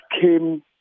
came